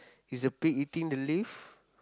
is the pig eating the leaf